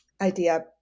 idea